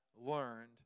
learned